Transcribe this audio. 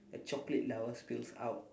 the chocolate lava spills out